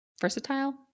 versatile